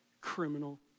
criminal